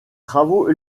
travaux